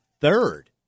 third